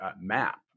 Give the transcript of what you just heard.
map